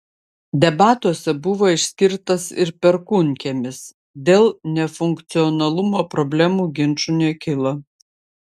debatuose buvo išskirtas ir perkūnkiemis dėl nefunkcionalumo problemų ginčų nekilo